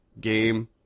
game